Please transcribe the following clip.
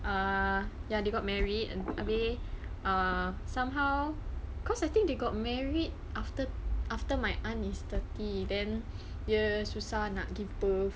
err ya they got married and tapi uh somehow cause I think they got married after after my aunt is thirty then dia susah nak give birth